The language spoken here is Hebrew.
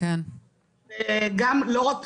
וגם לא רק פסיכוזה,